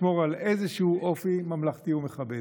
לשמור על איזשהו אופי ממלכתי ומכבד.